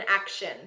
action